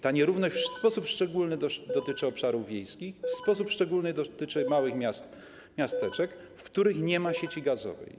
Ta nierówność w sposób szczególny dotyczy obszarów wiejskich, w sposób szczególny dotyczy małych miasteczek, w których nie ma sieci gazowej.